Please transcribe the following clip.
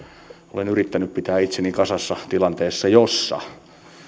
olen yrittänyt pitää itseni kasassa tilanteessa jossa